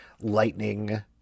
lightning